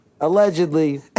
allegedly